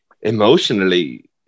emotionally